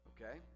Okay